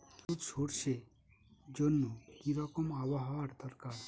হলুদ সরষে জন্য কি রকম আবহাওয়ার দরকার?